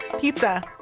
pizza